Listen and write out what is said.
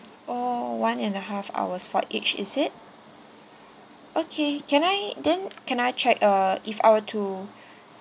oh one and a half hours for each is it okay can I then can I check uh if I were to